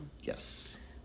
Yes